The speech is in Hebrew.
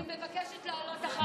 אז אני מבקשת לעלות אחר כך.